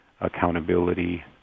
accountability